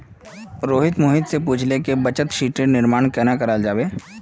रोहित मोहित स पूछले कि बचत शीटेर निर्माण कन्ना कराल जाबे